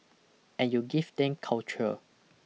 and you give them culture